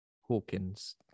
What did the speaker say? Hawkins